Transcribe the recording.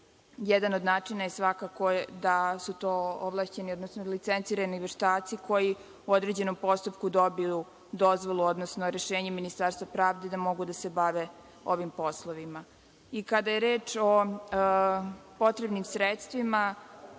jedan od načina je svakako da su to licencirani veštaci koji u određenom postupku dobiju dozvolu odnosno rešenje Ministarstva pravde da mogu da se bave ovim poslovima. Kada je reč o potrebnim sredstvima,